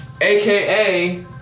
AKA